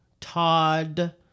Todd